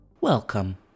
Welcome